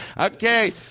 Okay